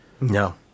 No